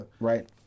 Right